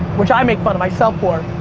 which i make fun of myself for,